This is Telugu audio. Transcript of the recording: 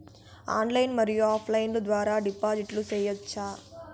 ఆన్లైన్ మరియు ఆఫ్ లైను ద్వారా డిపాజిట్లు సేయొచ్చా?